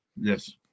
Yes